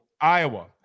Iowa